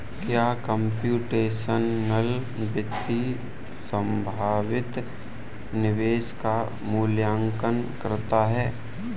क्या कंप्यूटेशनल वित्त संभावित निवेश का मूल्यांकन करता है?